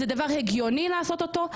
זה דבר הגיוני לעשות אותו,